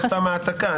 עושים העתקה.